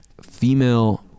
female